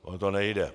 Ono to nejde.